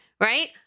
Right